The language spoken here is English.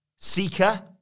Seeker